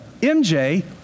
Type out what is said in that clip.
MJ